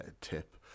tip